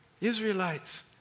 Israelites